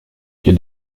quai